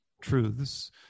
truths